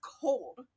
cold